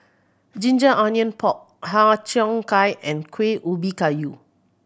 ginger onion pork Har Cheong Gai and Kuih Ubi Kayu